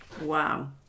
Wow